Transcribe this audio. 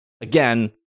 Again